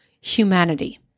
humanity